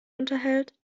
unterhält